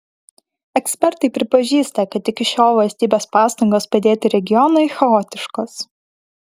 ekspertai pripažįsta kad iki šiol valstybės pastangos padėti regionui chaotiškos